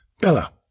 Bella